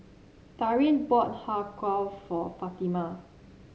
Darin bought Har Kow for Fatima